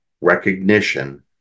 recognition